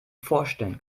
vorstellen